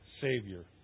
Savior